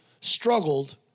struggled